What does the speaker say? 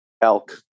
elk